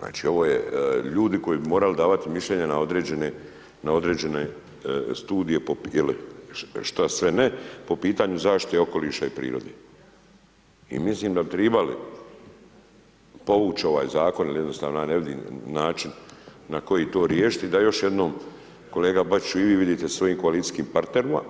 Znači, ovo je, ljudi koji bi morali davati mišljenja na određene studije ili šta sve ne po pitanju zaštite okoliša i prirode i mislim da bi tribali povući ovaj Zakon jer ja jednostavno ne vidim način na koji to riještiti, da još jednom kolega Bačiću vidite sa svojim koalicijskim parterima,